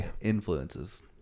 influences